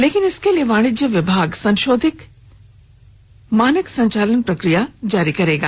लेकिन इसके लिए वाणिज्य विभाग संशोधित मानक संचालन प्रक्रिया जारी करेगा